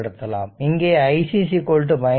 எனவே iC i t